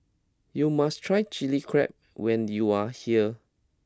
you must try Chilli Crab when you are here